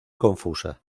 confusa